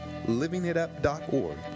LivingItUp.org